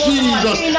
Jesus